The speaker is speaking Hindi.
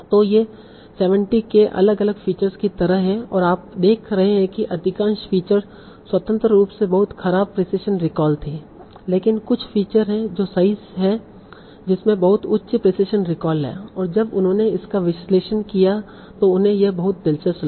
तो ये सेवेंटी k अलग अलग फीचर की तरह हैं और आप देख रहे हैं कि अधिकांश फीचर स्वतंत्र रूप से बहुत खराब प्रिसिशन रिकॉल थीं लेकिन कुछ फीचर हैं जो सही हैं जिसमे बहुत उच्च प्रिसिशन रिकॉल है और जब उन्होंने इसका विश्लेषण किया तो उन्हें यह बहुत दिलचस्प लगा